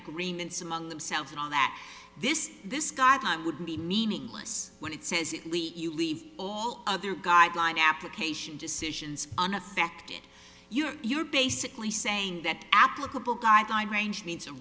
agreements among themselves and all that this this guy thought would be meaningless when it says it'll eat you leave all other guideline application decisions on affected your you're basically saying that applicable guideline range means